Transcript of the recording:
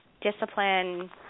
discipline